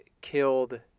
killed